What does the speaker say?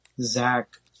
Zach